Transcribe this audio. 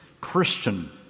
Christian